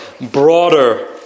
broader